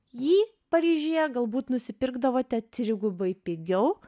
jį paryžiuje galbūt nusipirkdavote trigubai pigiau